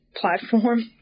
platform